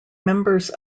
members